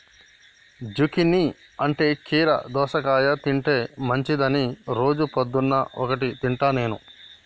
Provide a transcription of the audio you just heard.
zucchini అంటే కీరా దోసకాయ తింటే మంచిదని రోజు పొద్దున్న ఒక్కటి తింటా నేను